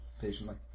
patiently